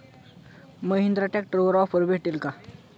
महिंद्रा ट्रॅक्टरवर ऑफर भेटेल का?